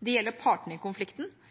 Det gjelder partene i